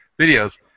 videos